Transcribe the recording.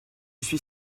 suis